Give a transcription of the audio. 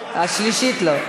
השלישית לא.